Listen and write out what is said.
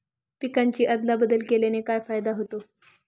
पिकांची अदला बदल केल्याने काय फायदा होतो?